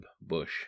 bush